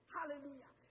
Hallelujah